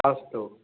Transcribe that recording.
अस्तु